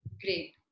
Great